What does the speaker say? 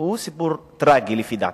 הוא סיפור טרגי, לפי דעתי,